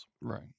Right